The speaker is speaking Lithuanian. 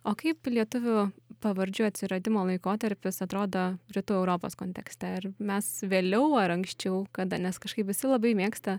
o kaip lietuvių pavardžių atsiradimo laikotarpis atrodo rytų europos kontekste ar mes vėliau ar anksčiau kada nes kažkaip visi labai mėgsta